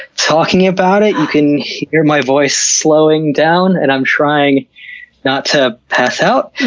talking about it you can hear my voice slowing down, and i'm trying not to pass out,